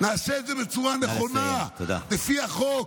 נעשה את זה בצורה נכונה, לפי החוק,